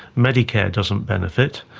medicare doesn't benefit,